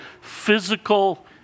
physical